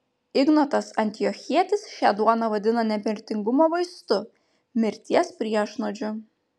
ignotas antiochietis šią duoną vadina nemirtingumo vaistu mirties priešnuodžiu